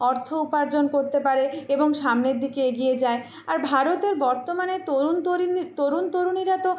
অর্থ উপার্জন করতে পারে এবং সামনের দিকে এগিয়ে যায় আর ভারতের বর্তমানে তরুণ তরিণীর তরুণ তরুণীরা তো